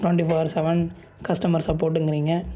twenty four seven customer சப்போட்டுங்கிறீங்க